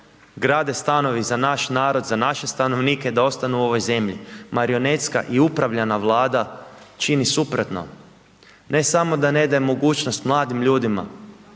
grade stanovi za naš narod, za naše stanovnike, da ostanu u ovoj zemlji, marionetska i upravljana Vlada čini suprotno, ne samo da ne daje mogućnost mladim ljudima,